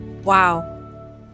Wow